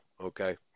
okay